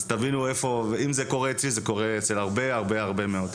אם זה קורה אצלי, זה קורה אצל הרבה הרבה מאוד.